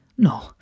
No